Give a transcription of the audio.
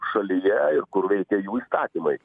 šalyje ir kur veikia jų įstatymai